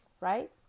right